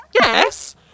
Yes